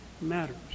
matters